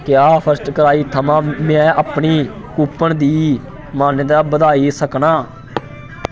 क्या फर्स्टक्राई थमां मै अपनी कूपन दी मान्यता बधाई सकनां